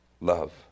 love